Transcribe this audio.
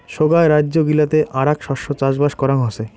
সোগায় রাইজ্য গিলাতে আরাক শস্য চাষবাস করাং হসে